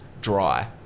dry